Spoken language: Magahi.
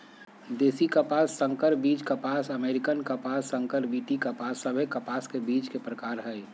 देशी कपास, संकर बीज कपास, अमेरिकन कपास, संकर बी.टी कपास सभे कपास के बीज के प्रकार हय